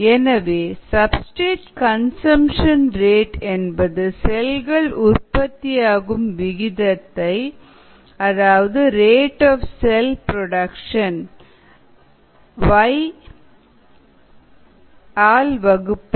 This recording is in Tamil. எனவே சப்ஸ்டிரேட் கன்சம்சன் ரேட் என்பது செல்கள் உற்பத்தியாகும் விகிதத்தை Yxs ஆல் வகுப்பது